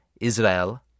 Israel